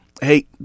Hey